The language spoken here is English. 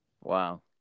Wow